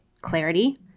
clarity